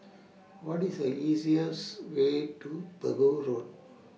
What IS The easiest Way to Pegu Road